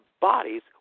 bodies